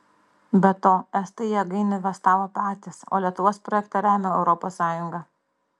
be to estai į jėgainę investavo patys o lietuvos projektą remia europos sąjunga